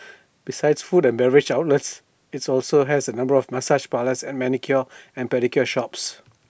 besides food and beverage outlets its also has A number of massage parlours and manicure and pedicure shops